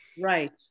right